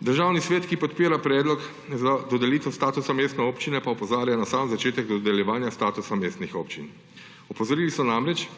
Državni svet, ki podpira predlog za dodelitev statusa mestne občine, pa opozarja na sam začetek dodeljevanja statusa mestnih občin. Opozorili so namreč,